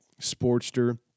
sportster